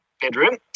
bedroom